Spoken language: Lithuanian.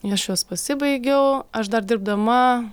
aš juos pasibaigiau aš dar dirbdama